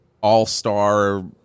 all-star